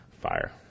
fire